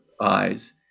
eyes